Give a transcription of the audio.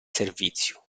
servizio